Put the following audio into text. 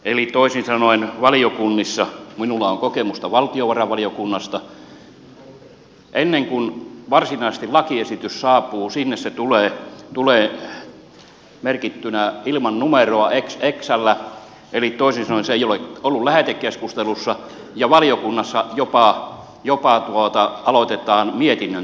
eli tosin sanoen valiokunnissa minulla on kokemusta valtiovarainvaliokunnasta ennen kuin varsinaisesti lakiesitys saapuu sinne se tulee merkittynä ilman numeroa xxllä eli toisin sanoen se ei ole ollut lähetekeskustelussa ja valiokunnassa jopa aloitetaan mietinnön tekeminen